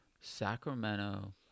Sacramento